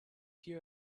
hear